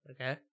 Okay